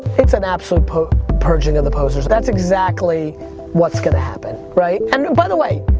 it's an absolute purging of the posers. that's exactly what's going to happen. right? and, by the way,